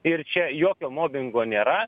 ir čia jokio mobingo nėra